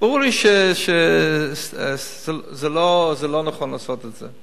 ברור לי שזה לא נכון לעשות את זה.